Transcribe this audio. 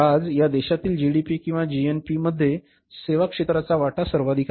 तर आज या देशातील जीडीपी किंवा जीएनपीमध्ये सेवा क्षेत्राचा वाटा सर्वाधिक आहे